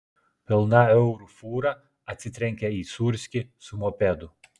pilna eurų fūra atsitrenkė į sūrskį su mopedu